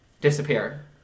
disappear